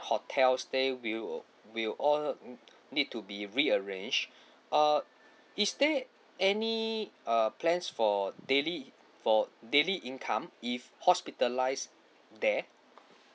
hotel stay we will we will all need to be rearrange err is there any uh plans for daily for daily income if hospitalised there